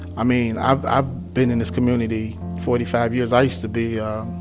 i mean, i've ah been in this community forty five years, i used to be a